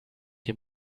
him